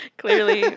clearly